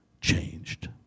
changed